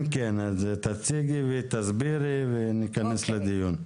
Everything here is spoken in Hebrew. כן, תציגי, תסבירי וניכנס לדיון.